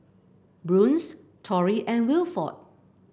Bruce Tory and Wilford